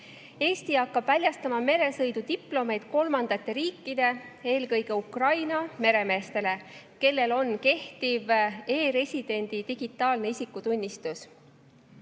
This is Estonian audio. Eesti hakkab väljastama meresõidudiplomeid kolmandate riikide, eelkõige Ukraina meremeestele, kellel on kehtiv e‑residendi digitaalne isikutunnistus.